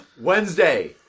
Wednesday